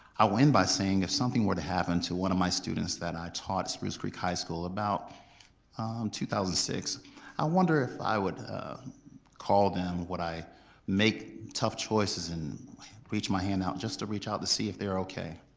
i will end by saying if something were to happen to one of my students that i taught at spruce creek high school, about two thousand and six i wonder if i would call them, would i make tough choices and reach my hand out just to reach out to see if they're okay?